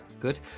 good